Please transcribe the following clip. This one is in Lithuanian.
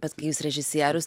bet kai jūs režisierius